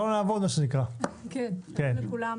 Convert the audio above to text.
שלום לכולם.